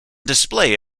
display